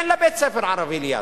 אין לה בית-ספר ערבי ליד,